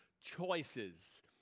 Choices